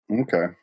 Okay